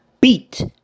beat